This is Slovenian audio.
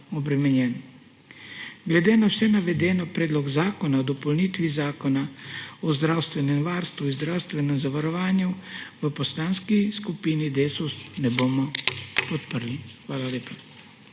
Glede na vse navedeno Predloga zakona o dopolnitvi Zakona o zdravstvenem varstvu in zdravstvenem zavarovanju v Poslanski skupini Desus ne bomo podprli. Hvala lepa.